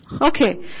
Okay